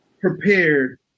prepared